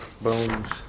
bones